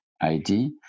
ID